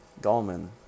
Gallman